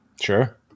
Sure